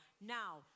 now